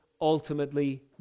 ultimately